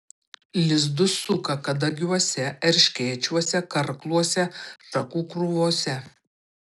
lizdus suka kadagiuose erškėčiuose karkluose šakų krūvose